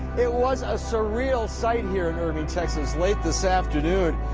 it was a surreal sight here in irving, texas late this afternoon.